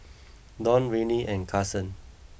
Don Rennie and Carson